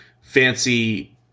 fancy